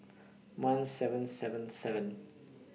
one seven seven seven